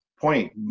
point